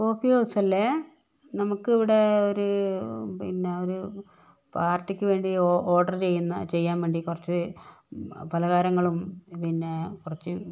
coffee ഹൌസല്ലേ നമുക്കിവിടെ ഒരു പിന്നെ ഒരു പാര്ട്ടിക്ക് വേണ്ടി ഓടെറ് ചെയ്യുന്ന ചെയ്യാന് വേണ്ടി കുറച്ച് പലഹാരങ്ങളും പിന്നെ കുറച്ച്